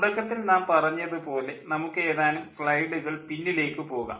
തുടക്കത്തിൽ നാം പറഞ്ഞതുപോലെ നമുക്ക് ഏതാനും സ്ലൈഡുകൾ പിന്നിലേക്ക് പോകാം